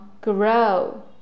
Grow